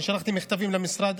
שלחתי מכתבים למשרד,